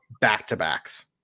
back-to-backs